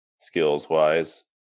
skills-wise